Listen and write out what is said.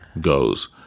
goes